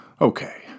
Okay